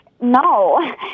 no